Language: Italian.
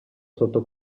sotto